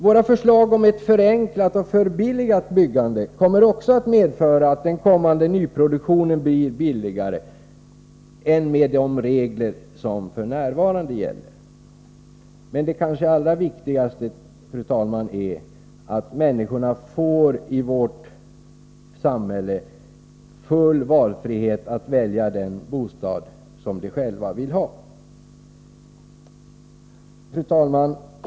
Våra förslag om ett förenklat och förbilligat byggande kommer också att leda till att den kommande nyproduktionen blir billigare än med de regler som f.n. gäller. Men kanske det allra viktigaste, fru talman, är att människorna i vårt samhälle får full valfrihet att välja den bostad som de själva vill. Fru talman!